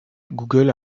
google